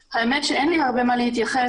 האמת, שאין לי הרבה מה להתייחס.